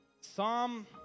Psalm